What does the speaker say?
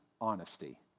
honesty